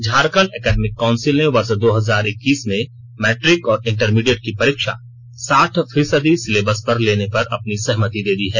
Jharkhand academic council ने वर्ष दो हजार इक्कीस में मैट्रिक और इंटरमीडिएट की परीक्षा साठ फीसदी सिलेबस पर लेने पर अपनी सहमति दे दी है